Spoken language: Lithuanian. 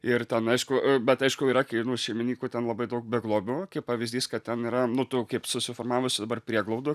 ir ten aišku bet aišku yra kai nu šeimininkų ten labai daug beglobių kaip pavyzdys kad ten yra nu tu kaip susiformavusių dabar prieglaudų